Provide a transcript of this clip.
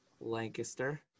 Lancaster